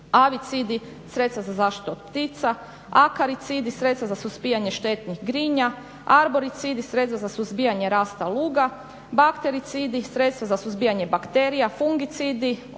avicidi sredstva za zaštitu od ptica, akaricidi sredstva za suzbijanje štetnih grinja, arboricidi sredstva za suzbijanje rasta luga, baktericidi sredstva za suzbijanje bakterija, fungicidi